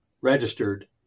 registered